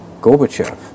Gorbachev